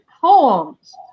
poems